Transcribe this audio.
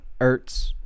Ertz